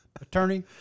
attorney